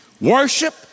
worship